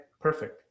perfect